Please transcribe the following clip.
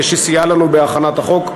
שסייעה לנו בהכנת החוק.